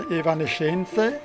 evanescenze